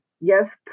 Yes